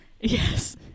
Yes